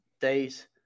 day's